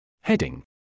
Heading